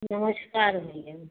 नमस्कार भैया